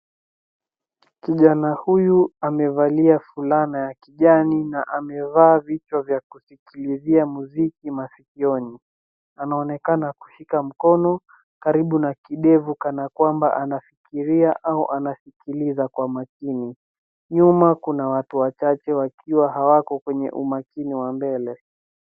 Kijana huyu amevalia fulana ya kijani na amevaa vichwa vya kusikilizia mziki maskioni. Anaonekana kushika mkono karibu na kidevu kana kwamba anafikiria au anasikiliza kwa makini. Nyuma kuna watu wachache wakiwa hawako kwenye umakini wa mbele.